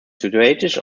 situated